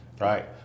right